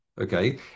Okay